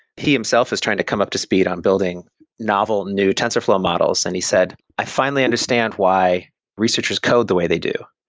he himself is trying to come up to speed on building novel new tensorflow models and he said, i finally understand why researchers code the way they do.